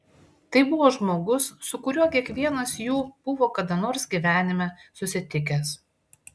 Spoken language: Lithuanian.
tai buvo žmogus su kuriuo kiekvienas jų buvo kada nors gyvenime susitikęs